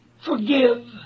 Forgive